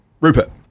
Rupert